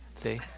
See